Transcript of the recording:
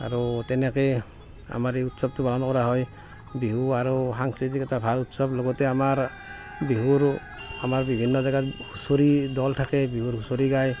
আৰু তেনেকৈ আমাৰ এই উৎসৱটো পালন কৰা হয় বিহু আৰু সাংস্কৃতিক এটা ভাল উৎসৱ লগতে আমাৰ বিহুৰ আমাৰ বিভিন্ন জেগাৰ হুঁচৰিৰ দল থাকে হুঁচৰি গায়